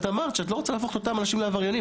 את אמרת שאת לא רוצה להפוך את אותם אנשים לעבריינים.